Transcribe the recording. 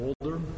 older